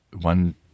one